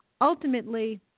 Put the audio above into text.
Ultimately